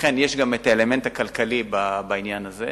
לכן, יש גם האלמנט הכלכלי בעניין הזה.